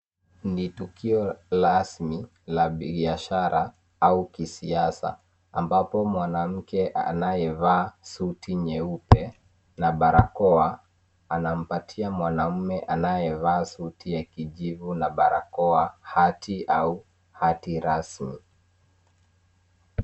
Ni tukio rasmi la kibiashara au kisiasa ambapo mwanamke anaye vaa suti nyeupe na barakoa anampatia mwanamme anaye vaa suti ya kijivu na barakoa hati au hati rasmi.